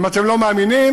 אם אתם לא מאמינים,